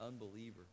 unbeliever